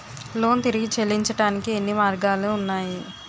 Loan తిరిగి చెల్లించటానికి ఎన్ని మార్గాలు ఉన్నాయి?